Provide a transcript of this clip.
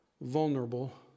vulnerable